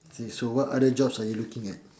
K so what other jobs are you looking at